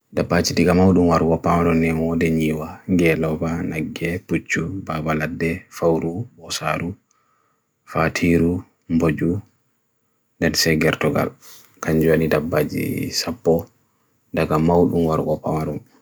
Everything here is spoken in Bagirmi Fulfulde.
Nyawi’en gila ngurɗi: hawnde, kuni, goo, sukaa, horƴo, ngoleɗe, pooti, ngunuŋgu, kaɓɓo, ndongu.